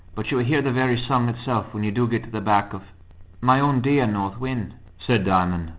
but you will hear the very song itself when you do get to the back of my own dear north wind, said diamond,